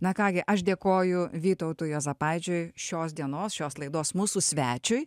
na ką gi aš dėkoju vytautui juozapaičiui šios dienos šios laidos mūsų svečiui